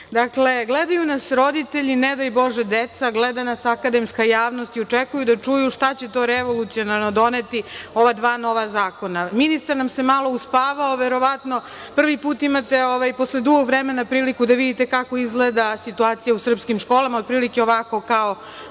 gledaju nas roditelji, nedaj Bože deca, gleda nas akademska javnost i očekuju da čuju šta će to revolucionarno doneti ova dva nova zakona. Ministar nam se malo uspavao, verovatno prvi put posle dugo vremena imate priliku da vidite kako izgleda situacija u srpskim školama, otprilike ovako kao